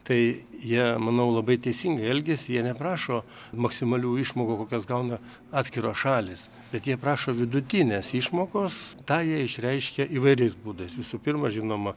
tai jie manau labai teisingai elgiasi jie neprašo maksimalių išmokų kokias gauna atskiros šalys bet jie prašo vidutinės išmokos tą jie išreiškia įvairiais būdais visų pirma žinoma